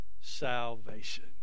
salvation